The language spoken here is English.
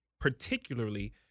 particularly